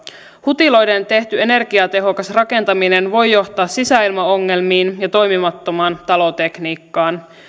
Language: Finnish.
hutiloiden tehty energiatehokas rakentaminen voi johtaa sisäilmaongelmiin ja toimimattomaan talotekniikkaan